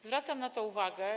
Zwracam na to uwagę.